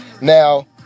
Now